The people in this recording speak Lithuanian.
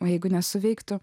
jeigu nesuveiktų